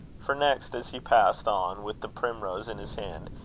for, next, as he passed on with the primrose in his hand,